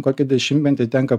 kokį dešimtmetį tenka